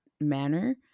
manner